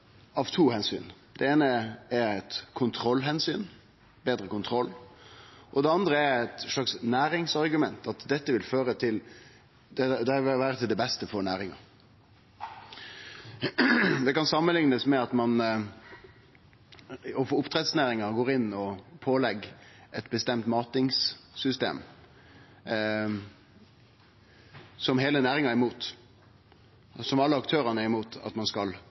av to omsyn. Det eine er eit kontrollomsyn – betre kontroll – og det andre er eit slags næringsargument, at dette vil vere til det beste for næringa. Det kan samanliknast med at ein overfor oppdrettsnæringa går inn og pålegg eit bestemt matingssystem som heile næringa er mot, som alle aktørane er mot at ein skal